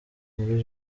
muri